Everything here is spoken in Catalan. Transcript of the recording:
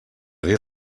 dir